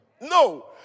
No